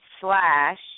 slash